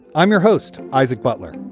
i'm your host, isaac butler,